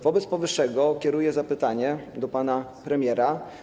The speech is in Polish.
Wobec powyższego kieruję zapytanie do pana premiera.